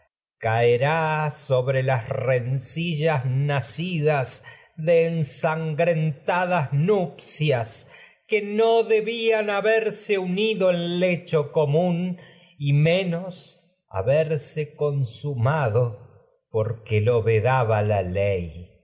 caerá sobre las rencillas nacidas de ensangrentadas nupcias en que no debian haberse unido lecho común y menos haberse consumado que porque lo vedaba la ley